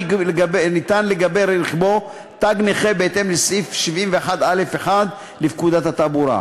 לגבי רכבו תג נכה בהתאם לסעיף 71א1 לפקודת התעבורה.